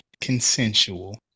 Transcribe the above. consensual